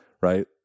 right